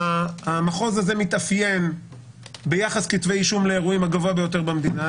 המחוז הזה מתאפיין ביחס כתבי אישום לאירועים הגבוה ביותר במדינה,